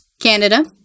Canada